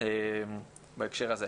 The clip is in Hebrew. בהקשר הזה.